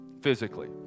physically